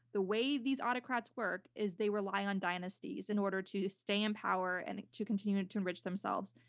the way these autocrats work is they rely on dynasties in order to stay in power and to continue to to enrich themselves.